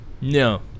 No